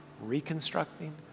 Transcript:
reconstructing